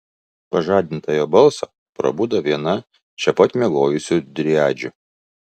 pažadinta jo balso prabudo viena čia pat miegojusių driadžių